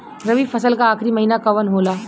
रवि फसल क आखरी महीना कवन होला?